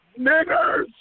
niggers